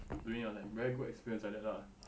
doing like very good experience like that lah